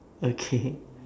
okay